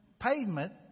pavement